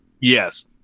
Yes